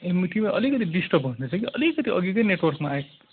ए म तिमीलाई अलिकति डिस्टर्ब भन्दैछ कि अलिकति अघिकै नेटवर्कमा आएँ